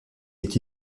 est